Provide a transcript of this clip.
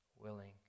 willing